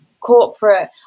corporate